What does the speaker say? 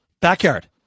Backyard